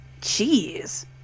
Jeez